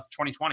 2020